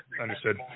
Understood